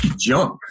junk